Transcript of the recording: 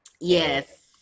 Yes